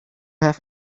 have